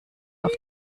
auf